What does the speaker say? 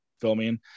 filming